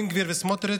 בן גביר וסמוטריץ',